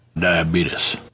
Diabetes